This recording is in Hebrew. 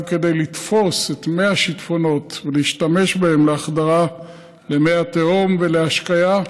וגם כדי לתפוס את מי השיטפונות ולהשתמש בהם להחדרה למי התהום ולהשקיה,